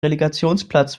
relegationsplatz